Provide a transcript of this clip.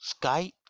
Skype